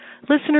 listeners